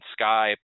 Skype